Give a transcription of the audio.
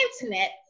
internet